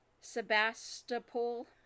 Sebastopol